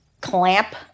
clamp